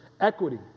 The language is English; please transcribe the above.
equity